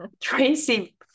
Tracy